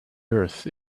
earth